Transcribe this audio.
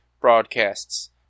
broadcasts